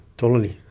totally.